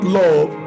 love